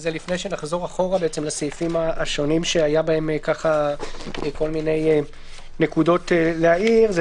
וזה לפני שנחזור אחורה לסעיפים השונים שהיה בהם כל מיני נקודות להערות,